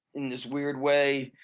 in this weird way,